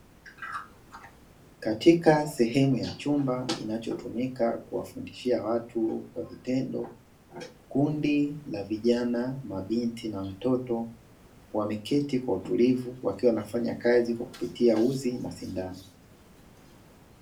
Katika sehemu ya chumba kinachotumika kuwafundishia watu kwa vitendo, kundi la vijana, mabinti na watoto wameketi kwa utulivu wakiwa wanafanya kazi kupitia uzi na sindano.